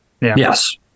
Yes